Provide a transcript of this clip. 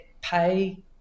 pay